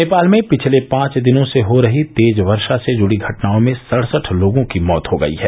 नेपाल में पिछले पांच दिनों से हो रही तेज वर्षा से जुड़ी घटनाओं में सड़सठ लोगों की मौत हो गई है